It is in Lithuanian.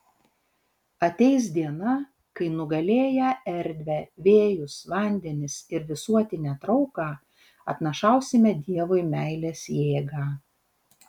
ateis diena kai nugalėję erdvę vėjus vandenis ir visuotinę trauką atnašausime dievui meilės jėgą